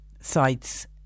sites